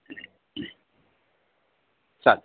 सत्